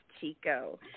Chico